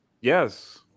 Yes